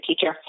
teacher